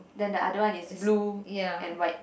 then the other one is blue and white